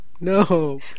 No